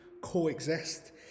coexist